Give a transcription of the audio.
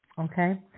Okay